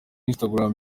instagram